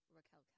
Raquel